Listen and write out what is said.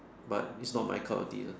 but it's not my cup of tea ah